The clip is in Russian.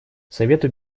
совету